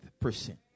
percent